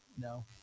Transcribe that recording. No